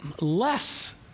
less